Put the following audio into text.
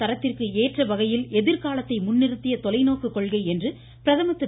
தரத்திற்கு ஏற்ற வகையில் எதிர்காலத்தை முன்னிறுத்திய தொலைநோக்கு கொள்கை என்று பிரதமர் திரு